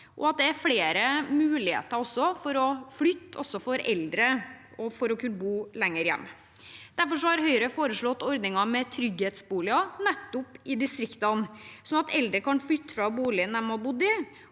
og at det er flere muligheter for å flytte – også for eldre, for å kunne bo hjemme lenger. Derfor har Høyre foreslått ordningen med trygghetsboliger i distriktene, sånn at eldre kan flytte fra boligen man har bodd i